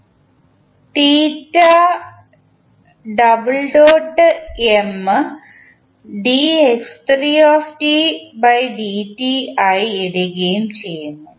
ഇടുകയും ചെയ്യുന്നു